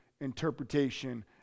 interpretation